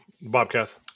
Bobcats